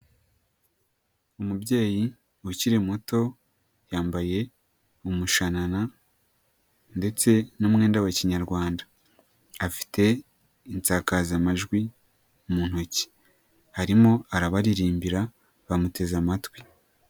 Umubyeyi ukiri muto yambaye umushanana ndetse n'umwenda wa kinyarwanda, afite insakazamajwi mu ntoki arimo arabaririmbira bamuteze amatwi.